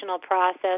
process